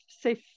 safe